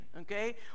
Okay